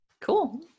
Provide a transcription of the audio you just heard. Cool